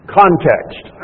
context